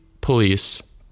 police